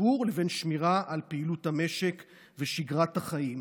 הציבור לבין שמירה על פעילות המשק ושגרת החיים.